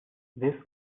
this